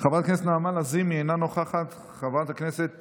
חברת הכנסת נעמה לזימי, אינה נוכחת, חברת הכנסת